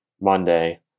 Monday